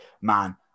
man